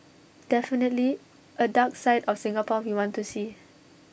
definitely A dark side of Singapore we want to see